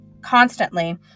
constantly